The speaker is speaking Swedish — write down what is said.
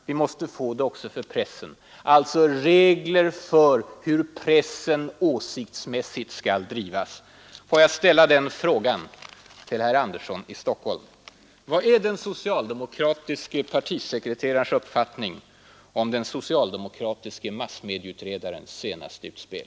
Vå måste få det också för pressen” — alltså regler för hur pressen ”åsiktsmässigt skall drivas”. Får jag till herr Andersson i Stockholm ställa frågan: Vilken är den socialdemokratiske partisekreterarens uppfattning om den socialdemokratiske massmedieutredarens senaste utspel?